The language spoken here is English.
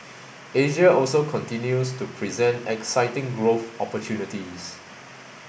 Asia also continues to present exciting growth opportunities